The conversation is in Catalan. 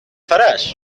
faràs